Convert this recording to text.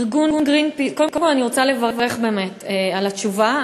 קודם כול, אני רוצה לברך באמת על התשובה.